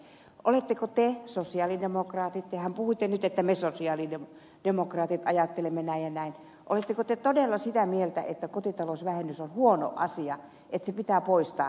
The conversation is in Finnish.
oletteko te sosialidemokraatit tehän puhuitte nyt että me sosialidemokraatit ajattelemme näin ja näin todella sitä mieltä että kotitalousvähennys on huono asia että se pitää poistaa